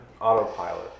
autopilot